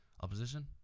Opposition